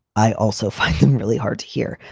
i also find them really hard to hear.